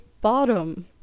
bottom